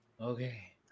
Okay